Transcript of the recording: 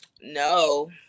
no